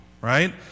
right